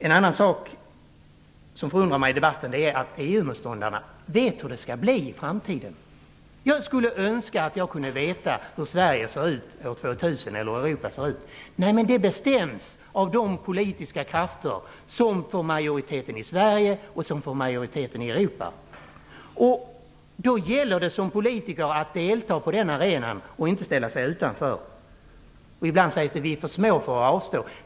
En annan sak som förundrat mig i debatten är att EU-motståndarna vet hur det skall bli i framtiden. Jag skulle önska att jag kunde veta hur Sverige eller Europa ser ut år 2000. Det bestäms av de politisk krafter som får majoriteten i Sverige respektive i Europa. Då gäller det för oss som politiker att delta på den arenan och att inte ställa oss utanför. Det sägs ibland att vi är för små för att delta.